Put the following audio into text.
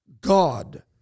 God